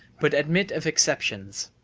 but admit of exceptions.